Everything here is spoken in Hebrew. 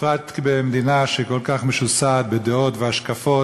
בפרט במדינה שהיא כל כך משוסעת בדעות והשקפות,